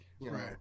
right